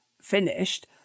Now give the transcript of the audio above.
finished